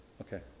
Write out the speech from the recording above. Okay